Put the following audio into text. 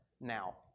now